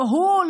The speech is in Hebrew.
לא הוא,